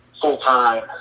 full-time